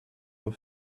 were